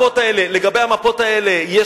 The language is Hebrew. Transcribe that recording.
לגבי המפות האלה,